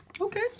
Okay